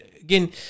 Again